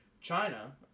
China